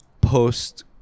Post